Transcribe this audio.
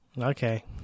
Okay